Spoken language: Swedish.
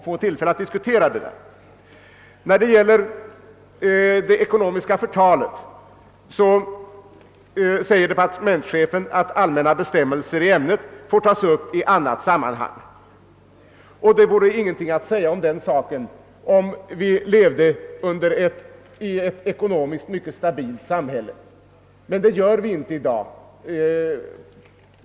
Beträffande det ekonomiska förtalet anförde departementschefen att frågan om allmänna bestämmelser i ämnet får tas upp i annat sammanhang. Det vore ingenting att säga om den saken, om vi levde i ett ekonomiskt mycket stabilt samhälle, men det gör vi inte i dag.